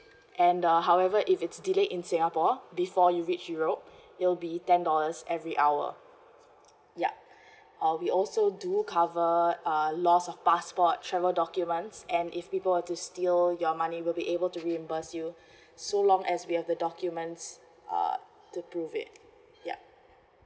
and uh however if it's delayed in singapore before you reach europe it'll be ten dollars every hour yup uh we also do cover uh loss of passport travel documents and if people were to steal your money we'll be able to reimburse you so long as we have the documents uh to prove it yup